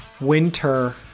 Winter